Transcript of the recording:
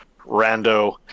rando